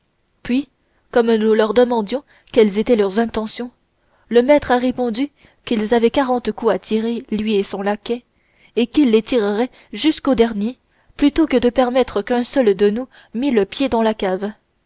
puis comme nous leur demandions quelles étaient leurs intentions le maître a répondu qu'ils avaient quarante coups à tirer lui et son laquais et qu'ils les tireraient jusqu'au dernier plutôt que de permettre qu'un seul de nous mît le pied dans la cave